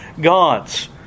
gods